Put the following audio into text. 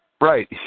Right